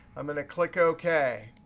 i'm going to click ok,